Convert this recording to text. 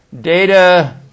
data